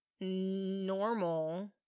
normal